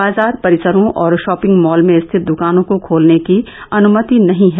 बाजार परिसरों और शॉपिंग मॉल में स्थित द्वानों को खोलने की अनुमति नहीं है